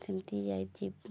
ସେମିତି ଯାଇଛି